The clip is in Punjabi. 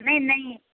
ਨਹੀਂ ਨਹੀਂ